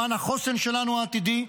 למען החוסן העתידי שלנו,